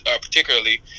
particularly